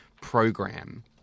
program